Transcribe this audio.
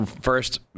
first